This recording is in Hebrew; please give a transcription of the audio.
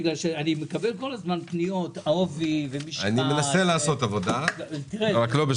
אני מקבל כל הזמן פניות לגבי העובי והמשקל של חומר הגלם.